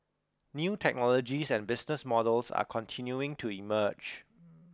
new technologies and business models are continuing to emerge